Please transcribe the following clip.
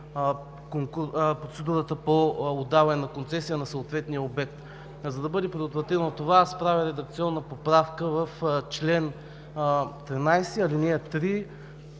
процедурата по отдаване на концесия на съответния обект. За да бъде предотвратено това, аз правя редакционна поправка в чл. 13, ал. 3